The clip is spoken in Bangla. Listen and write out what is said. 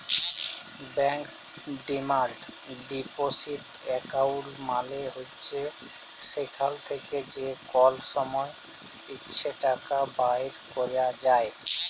ব্যাংকের ডিমাল্ড ডিপসিট এক্কাউল্ট মালে হছে যেখাল থ্যাকে যে কল সময় ইছে টাকা বাইর ক্যরা যায়